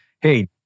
hey